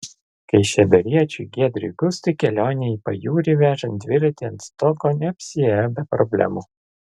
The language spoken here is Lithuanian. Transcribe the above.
kaišiadoriečiui giedriui gustui kelionė į pajūrį vežant dviratį ant stogo neapsiėjo be problemų